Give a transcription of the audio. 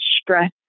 stress